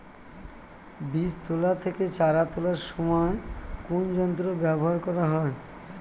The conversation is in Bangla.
বীজ তোলা থেকে চারা তোলার সময় কোন যন্ত্র ব্যবহার করা হয়?